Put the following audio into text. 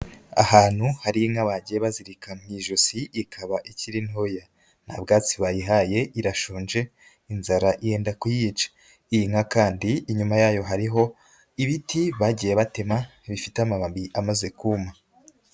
Ahantu hari inka bagiye bazirika mu ijosi ikaba ikiri ntoya, nta bwatsi bayihaye irashonje inzara yenda kuyica. Iyi nka kandi inyuma yayo hariho ibiti bagiye batema bifite amababi amaze kuma.